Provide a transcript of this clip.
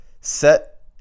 set